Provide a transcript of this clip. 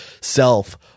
self